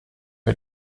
wir